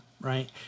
right